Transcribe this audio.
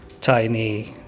tiny